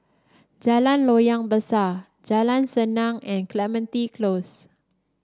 Jalan Loyang Besar Jalan Senang and Clementi Close